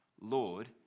Lord